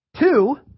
Two